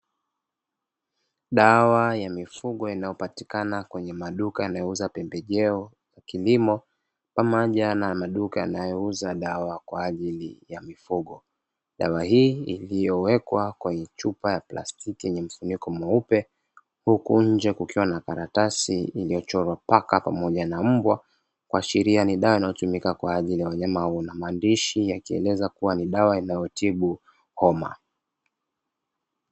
Dawa ya mifugo inayopatikana kwenye maduka anayeuza pembejeo kilimo, pamoja na maduka yanayouza dawa kwa ajili ya mifugo. Dawa hii iliyowekwa kwenye chupa ya plastiki ni mfuniko mweupe huku nje kukiwa na karatasi iliyochorwa mpaka pamoja na mbwa kwa sheria ni dawa inayotumika kwa ajili ya wanyama au na mwandishi akieleza kuwa ni dawa inayotibu koma.